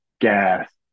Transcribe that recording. gas